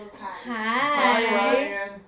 hi